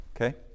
okay